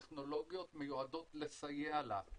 טכנולוגיות מיועדות לסייע לה.